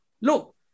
look